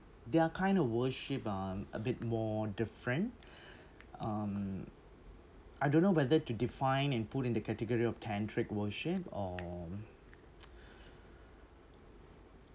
their kind of worship um a bit more different um I don't know whether to define and put in the category of tantric worship or